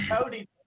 Cody